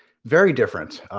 very different.